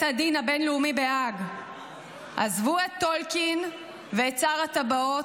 הדין הבין-לאומי בהאג"; עזבו את טולקין ואת "שר הטבעות",